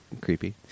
creepy